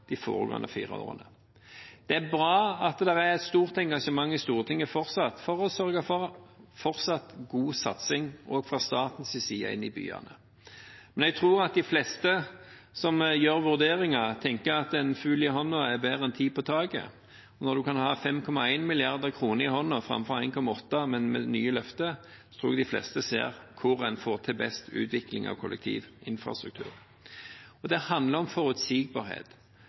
de foregående fire årene. Det er bra at det er et stort engasjement i Stortinget for å sørge for fortsatt god satsing også fra statens side i byene. Men jeg tror at de fleste som gjør vurderinger, tenker at én fugl i hånda er bedre enn ti på taket. Når en kan ha 5,1 milliarder kr i hånda framfor 1,8 med nye løfter, tror jeg de fleste ser hvor en får til best utvikling av kollektivinfrastrukturen. Det handler om forutsigbarhet.